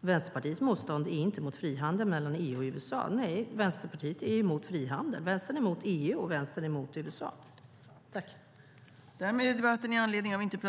Vänsterpartiets motstånd inte gäller frihandeln mellan EU och USA, utan Vänsterpartiet är emot frihandel över huvud taget. Vänstern är emot EU, och Vänstern är emot USA.